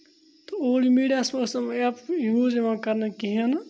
تہٕ اولڈ میٖڈیاہَس منٛز ٲس نہٕ ایپ یوٗز یِوان کَرنہٕ کِہیٖنۍ نہٕ